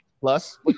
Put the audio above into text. plus